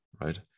right